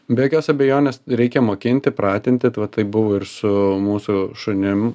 be jokios abejonės reikia mokinti pratinti taip buvo ir su mūsų šunim